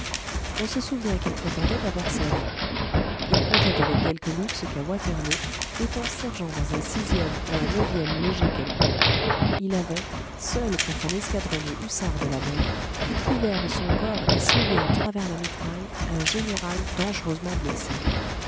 on se souvient qu'il prétendait avoir servi il contait avec quelque luxe qu'à waterloo étant sergent dans un ème ou un ème léger quelconque il avait seul contre un escadron de hussards de la mort couvert de son corps et sauvé à travers la mitraille un général dangereusement blessé